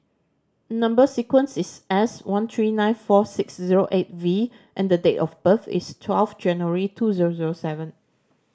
number sequence is S one three nine four six zero eight V and date of birth is twelve January two zero zero seven